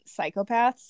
psychopaths